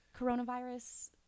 coronavirus